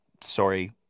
sorry